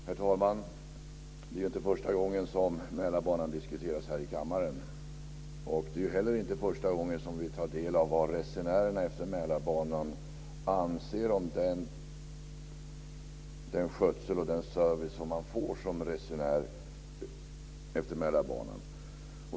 Herr talman! Det är inte första gången som Mälarbanan diskuteras här i kammaren. Det är heller inte första gången som vi tar del av vad resenärerna på Mälarbanan anser om den skötsel och den service som de får som resenärer på Mälarbanan.